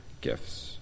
gifts